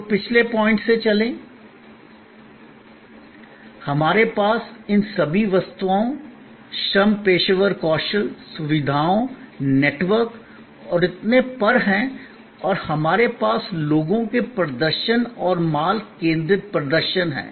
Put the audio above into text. तो पिछले बिंदु से चलें संदर्भ समय 1225 हमारे पास इन सभी वस्तुओं श्रम पेशेवर कौशल सुविधाओं नेटवर्क और इतने पर हैं और हमारे पास लोगों के प्रदर्शन और माल केंद्रित प्रदर्शन हैं